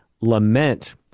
lament